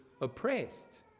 oppressed